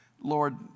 Lord